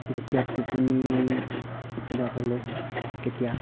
যেতিয়া টোপনি যাবলৈ হয় তেতিয়া